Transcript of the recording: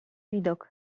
widok